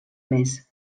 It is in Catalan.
més